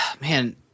man